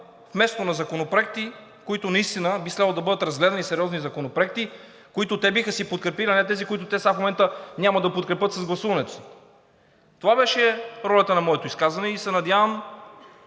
вместо на законопроекти, които наистина би следвало да бъдат разгледани – сериозни законопроекти, които те биха си подкрепили, а не тези, които те сега в момента няма да подкрепят с гласуването си. Това беше ролята на моето изказване и се надявам,